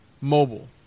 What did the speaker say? mobile